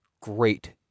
great